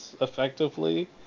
effectively